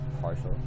partial